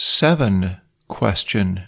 seven-question